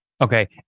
Okay